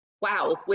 Wow